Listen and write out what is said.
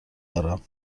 دارم